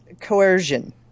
coercion